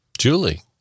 Julie